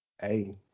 Hey